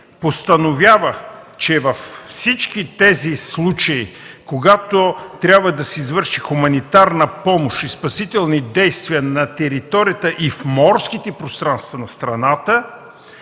постановява: „Във всички случаи, когато трябва да се извърши хуманитарна помощ и спасителни действия на територията и в морските пространства на страната,